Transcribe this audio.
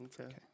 Okay